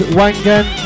wangan